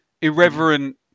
irreverent